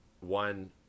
one